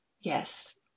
Yes